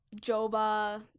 Joba